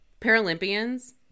paralympians